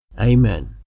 Amen